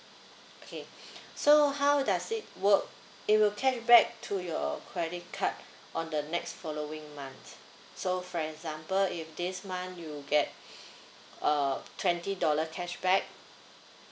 okay so how does it work it will cash back to your credit card on the next following month so for example if this month you get a twenty dollar cashback